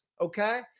okay